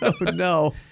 No